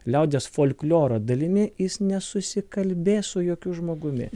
liaudies folkloro dalimi jis nesusikalbės su jokiu žmogumi